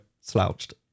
slouched